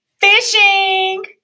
Fishing